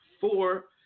four